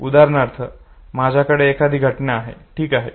उदाहरणार्थ माझ्याकडे एखादी घटना आहे ठीक आहे